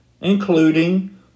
including